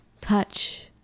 touch